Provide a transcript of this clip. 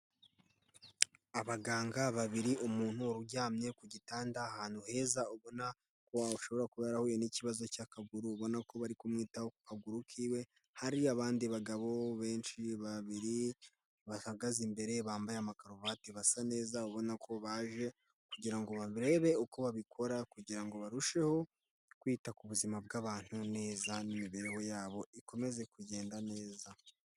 Abaganga babiri, umuntu uryamye ku gitanda ahantu heza, ubona ko ashobora kuba yarahuye n'ikibazo cy'akaguru, ubona ko bari kumwitaho ku kaguru kiwe, hari abandi bagabo benshi babiri, bahagaze imbere, bambaye ama karuvati basa neza, ubona ko baje kugira ngo bamurebe uko babikora, kugira ngo barusheho kwita ku buzima bw'abantu neza, n'imibereho yabo ikomeze kugenda neza.